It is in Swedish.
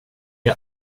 jag